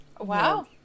wow